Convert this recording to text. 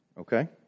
Okay